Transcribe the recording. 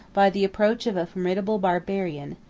by the approach of a formidable barbarian,